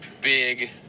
big